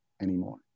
anymore